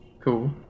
Cool